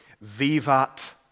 vivat